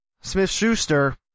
Smith-Schuster